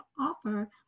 offer